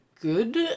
good